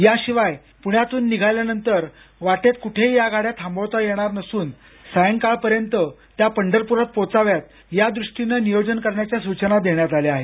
याशिवाय पुण्यातून निघाल्यानंतर वाटेत कुठेही या गाड्या थांबवता येणार नसून सायंकाळ पर्यंत त्या पंढरपुरात पोचाव्यात याद्रष्टीनं नियोजन करण्याच्या सुचना देण्यात आल्या आहेत